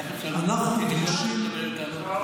איך אפשר לדבר אמיתי אם לא רוצים לדבר איתנו?